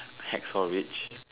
hacksaw-ridge